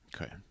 Okay